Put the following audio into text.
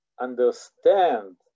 understand